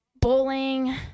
bowling